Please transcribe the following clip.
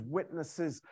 Witnesses